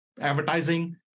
advertising